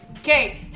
Okay